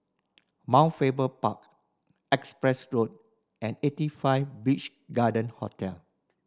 Mount Faber Park Empress Road and Eighty Five Beach Garden Hotel